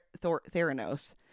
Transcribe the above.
theranos